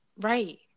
Right